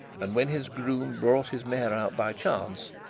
and when his groom brought his mare out by chance,